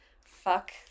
fuck